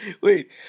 Wait